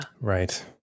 Right